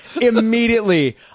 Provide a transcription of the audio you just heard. Immediately